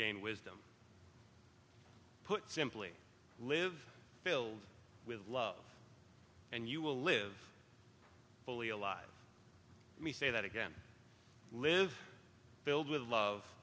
gain wisdom put simply live filled with love and you will live fully alive let me say that again live filled with love